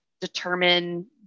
determine